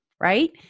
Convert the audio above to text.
Right